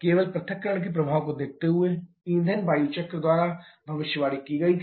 केवल पृथक्करण के प्रभाव को देखते हुए ईंधन वायु चक्र द्वारा भविष्यवाणी की गई थी